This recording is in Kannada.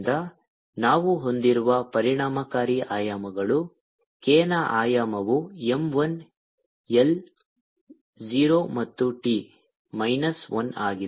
k mgvT MLT 2LT 1 k M1L0T 1 ಆದ್ದರಿಂದ ನಾವು ಹೊಂದಿರುವ ಪರಿಣಾಮಕಾರಿ ಆಯಾಮಗಳು k ನ ಆಯಾಮವು M one L 0 ಮತ್ತು T ಮೈನಸ್ ಒನ್ ಆಗಿದೆ